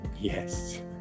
yes